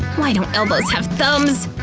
why don't elbows have thumbs!